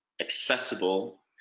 accessible